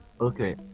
Okay